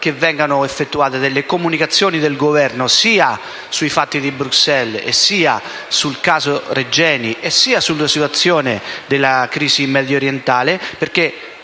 che vengano effettuate comunicazioni dell'Esecutivo sia sui fatti di Bruxelles, sia sul caso Regeni, sia sulla situazione della crisi mediorientale.